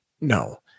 No